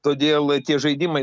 todėl tie žaidimai